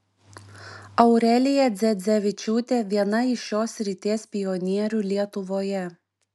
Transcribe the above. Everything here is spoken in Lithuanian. aurelija dzedzevičiūtė viena iš šios srities pionierių lietuvoje